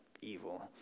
evil